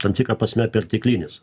tam tikra prasme perteklinis